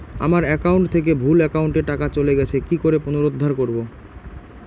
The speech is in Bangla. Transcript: আমার একাউন্ট থেকে ভুল একাউন্টে টাকা চলে গেছে কি করে পুনরুদ্ধার করবো?